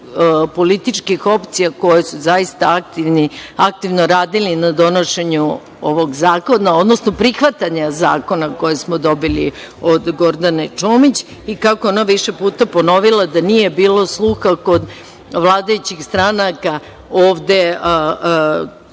političkih opcija koje su zaista aktivno radili na donošenju ovog zakona, odnosno prihvatanje zakona koji smo dobili od Gordane Čomić i kako je ona više puta ponovila da nije bilo sluha vladajućih stranaka ovde